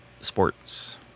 sports